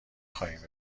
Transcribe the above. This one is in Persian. خواهیم